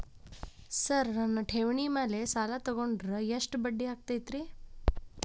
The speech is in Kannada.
ಸರ್ ನನ್ನ ಠೇವಣಿ ಮೇಲೆ ಸಾಲ ತಗೊಂಡ್ರೆ ಎಷ್ಟು ಬಡ್ಡಿ ಆಗತೈತ್ರಿ?